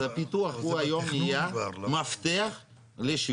אז הפיתוח הוא היום נהיה מפתח לשיווק.